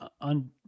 on